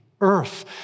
earth